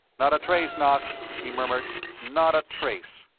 not a trace, knox, he murmured not a trace.